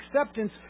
acceptance